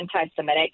anti-Semitic